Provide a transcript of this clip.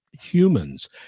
Humans